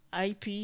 IP